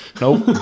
Nope